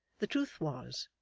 the truth was,